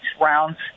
rounds